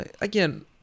again